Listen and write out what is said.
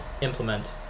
implement